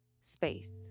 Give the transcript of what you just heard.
space